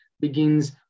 begins